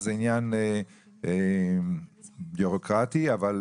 זה עניין בירוקרטי, אבל